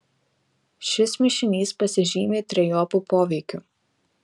šis mišinys pasižymi trejopu poveikiu